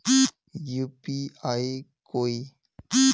UPI कोई